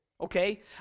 Okay